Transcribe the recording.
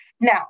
Now